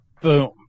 Boom